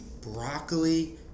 broccoli